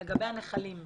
לגבי הנחלים.